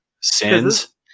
sins